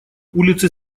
улицы